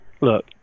look